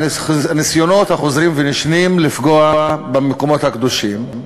הניסיונות החוזרים ונשנים לפגוע במקומות הקדושים.